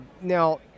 now